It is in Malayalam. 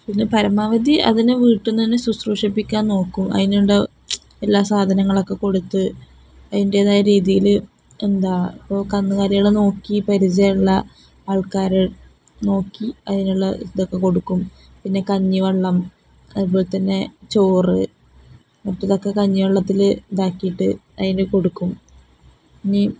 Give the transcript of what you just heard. പിന്നെ പരമാവധി അതിനെ വീട്ടില്നിന്നുതന്നെ ശുശ്രൂഷിപ്പിക്കാൻ നോക്കും അതിനുള്ള എല്ലാ സാധനങ്ങളുമൊക്കെ കൊടുത്ത് അതിൻ്റേതായ രീതിയില് എന്താണ് ഇപ്പോള് കന്നുകാലികളെ നോക്കി പരിചയമുള്ള ആൾക്കാര് നോക്കി അതിനുള്ള ഇതൊക്കെ കൊടുക്കും പിന്നെ കഞ്ഞിവെള്ളം അതുപോലെ തന്നെ ചോറ് മറ്റേതൊക്കെ കഞ്ഞിവെള്ളത്തില് ഇതാക്കിയിട്ട് അതിനു കൊടുക്കും ഇനി